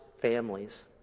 families